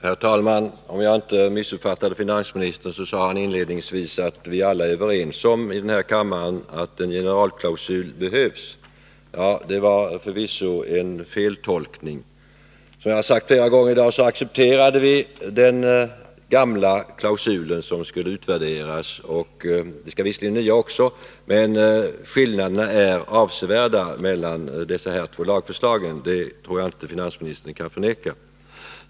Herr talman! Om jag inte missuppfattade finansministern sade han inledningsvis att vi alla i kammaren är överens om att en generalklausul behövs. Det var förvisso en feltolkning. Som jag sagt flera gånger i dag accepterade vi den gamla generalklausulen som skulle utvärderas. Så skall visserligen också bli fallet med den nya, men skillnaden mellan de två lagförslagen är avsevärd, och det tror jag att finansministern inte kan förneka.